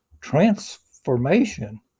transformation